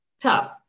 tough